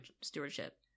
stewardship